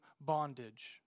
bondage